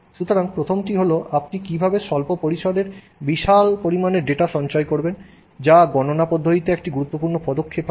সুতরাং প্রথমটি হল আপনি কীভাবে অল্প পরিসরে বিশাল পরিমাণে ডেটা সঞ্চয় করবেন যা গণনা পদ্ধতিতে একটি গুরুত্বপূর্ণ পদক্ষেপ হবে